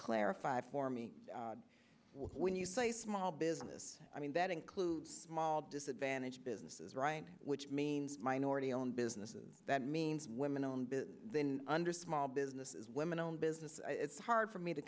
clarify for me when you say small business i mean that includes small disadvantaged businesses which means minority owned businesses that means women owned business then under small businesses women owned businesses it's hard for me to